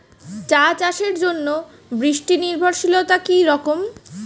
চা চাষের জন্য বৃষ্টি নির্ভরশীলতা কী রকম?